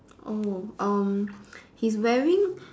oh um he's wearing